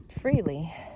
freely